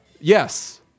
yes